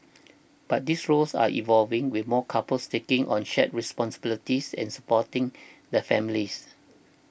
but these roles are evolving with more couples taking on shared responsibilities in supporting the families